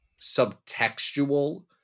subtextual